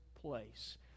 place